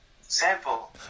Sample